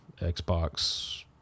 Xbox